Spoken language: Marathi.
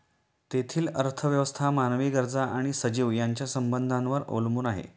तेथील अर्थव्यवस्था मानवी गरजा आणि सजीव यांच्या संबंधांवर अवलंबून आहे